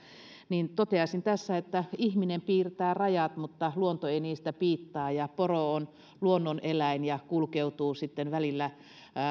niin toteaisin tässä että ihminen piirtää rajat mutta luonto ei niistä piittaa poro on luonnoneläin ja kulkeutuu sitten välillä